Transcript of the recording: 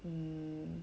um